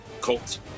Colts